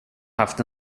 haft